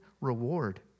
reward